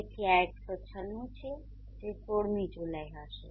તેથી આ 196 છે જે 16મી જુલાઈ હશે